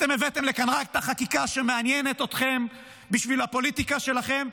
אתם הבאתם לכאן רק את החקיקה שמעניינת אתכם בשביל הפוליטיקה שלכם,